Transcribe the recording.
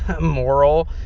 moral